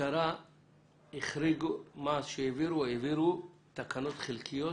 כפשרה מה שהעבירו, העבירו תקנות חלקיות